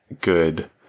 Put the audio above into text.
good